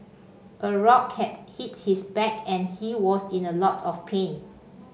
a rock had hit his back and he was in a lot of pain